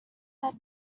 met